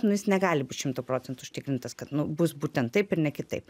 nu jis negali būt šimtu procentų užtikrintas kad nu bus būtent taip ir ne kitaip